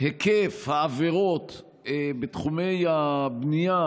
העבירות בתחומי הבנייה